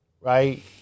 Right